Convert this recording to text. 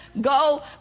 Go